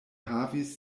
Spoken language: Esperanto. havis